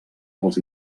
pels